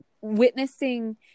witnessing